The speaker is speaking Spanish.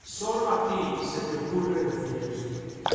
sólo a ti se te ocurre decir esto